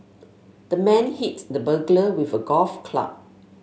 the man hit the burglar with a golf club